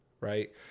right